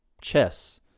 chess